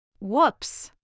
Whoops